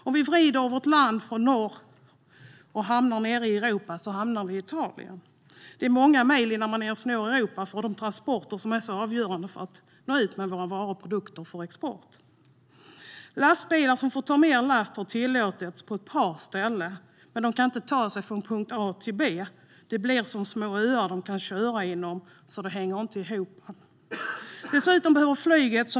Om vi vrider vårt land så att norr hamnar nere i Europa hamnar vi i Italien. För de transporter som är så avgörande för att nå ut med våra varor och produkter för export tar det många mil innan de ens når Europa. Lastbilar som får ta mer last har tillåtits på ett par ställen, men de kan inte ta sig från punkt A till punkt B. Det blir som små öar där de kan köra, och det hänger inte ihop. Dessutom behövs flyget.